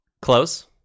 Close